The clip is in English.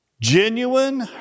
Genuine